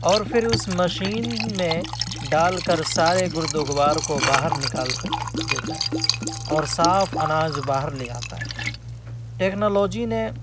اور فر اس مشین میں ڈال کر سارے گرد و غبار کو باہر نکال کر دیتا ہے اور صاف اناج باہر لے آتا ہے ٹیکنالوجی نے